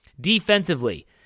defensively